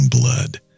blood